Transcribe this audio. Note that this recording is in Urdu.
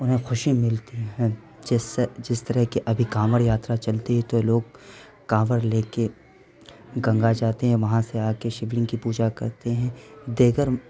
انہیں خوشی ملتی ہیں جس سے جس طرح کہ ابھی کانوڑ یاترا چلتی ہے تو یہ لوگ کانوڑ لے کے گنگا جاتے ہیں وہاں سے آ کے شیولنگ کی پوجا کرتے ہیں دیگر